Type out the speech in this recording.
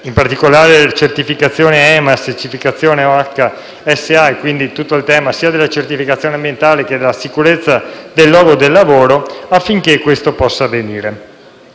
in particolare la certificazione EMAS e la certificazione OHSAS, relative sia alla certificazione ambientale che alla sicurezza del luogo di lavoro, affinché ciò possa avvenire.